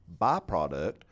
byproduct